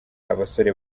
abasore